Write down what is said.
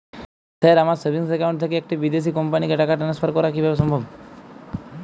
Sir আমার savings account থেকে একটি বিদেশি কোম্পানিকে টাকা ট্রান্সফার করা কীভাবে সম্ভব?